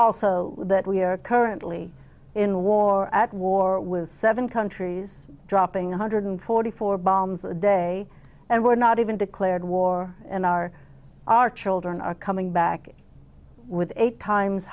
also that we are currently in a war at war with seven countries dropping one hundred forty four bombs a day and we're not even declared war on our our children are coming back with eight times